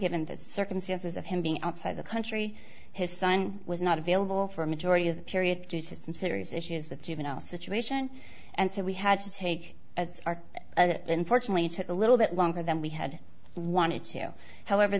given the circumstances of him being outside the country his son was not available for a majority of the period just some serious issues with juvenile situation and so we had to take as our unfortunately took a little bit longer than we had wanted to however